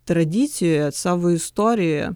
tradicijoje savo istorijoje